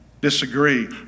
disagree